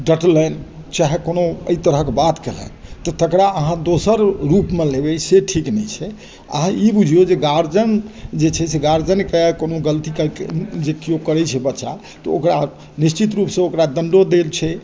डाँटलनि चाहे कोनो एहि तरहके बात केलनि तऽ तकरा अहाँ दोसर रूपमे लेबै से ठीक नहि छै अहाँ ई बुझिऔ जे गार्जिअन जे छै से गार्जिअनके कोनो गलती करै छै जे किओ करै छै बच्चा तऽ ओकरा निश्चित रूपसँ ओकरा दण्डो दै छै